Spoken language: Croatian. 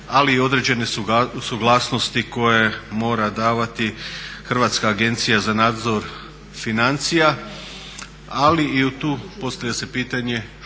ali i određene suglasnosti koje mora davati Hrvatska agencija za nadzor financija. Ali i tu postavlja se pitanje što